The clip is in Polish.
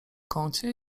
kącie